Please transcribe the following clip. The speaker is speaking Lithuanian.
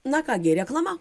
na ką gi reklama